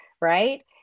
right